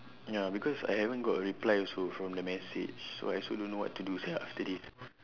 ya because I haven't got a reply also from the message so I also no know what to do sia after this